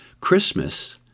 Christmas